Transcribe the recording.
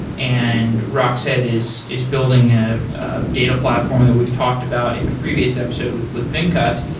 and rockset is is building a data platform that we've talked about in a previous episode with with venkat.